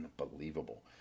unbelievable